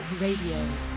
Radio